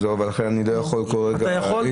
ולכן אני לא יכול כל רגע להגיד --- אתה יכול,